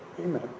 Amen